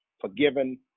forgiven